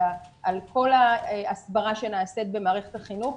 על כל ההסברה שנעשית במערכת החינוך,